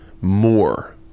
more